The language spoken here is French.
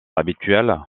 habituel